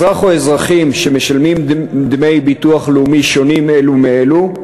אזרח או אזרחית שמשלמים דמי ביטוח לאומי שונים אלו מאלו,